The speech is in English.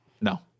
No